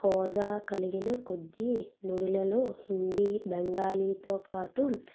హోదా కలిగిన కొద్ది నుడిలలో హిందీ బెంగాలీతో పాటు